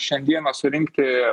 šiandieną surinkti